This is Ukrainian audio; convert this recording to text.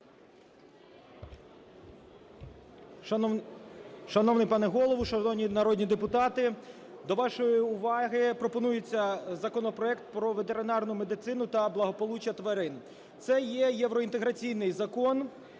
Шановний пане Голово, шановні народні депутати, до вашої уваги пропонується законопроект про ветеринарну медицину та благополуччя тварин. Це є євроінтеграційний закон.